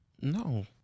No